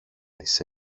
της